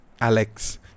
Alex